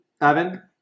Evan